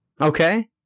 Okay